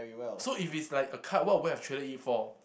so if it's like a card what would you have traded it for